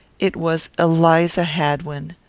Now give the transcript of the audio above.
it was eliza hadwin.